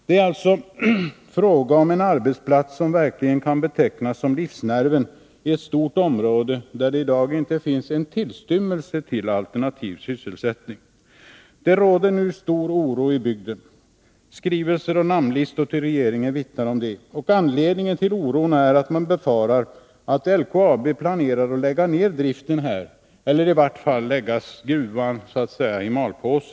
Det är alltså fråga om en arbetsplats som verkligen kan betecknas som livsnerven i ett stort område där det i dag inte finns en tillstymmelse till alternativ sysselsättning. Det råder nu stor oro i bygden. Skrivelser och namnlistor till regeringen vittnar om detta. Anledningen till oron är att man befarar att LKAB planerar att lägga ner driften här eller i varje fall lägga gruvan så att säga i malpåse.